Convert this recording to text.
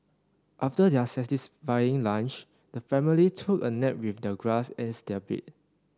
after their satisfying lunch the family took a nap with the grass as their bed